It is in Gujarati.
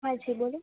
હા છે બોલો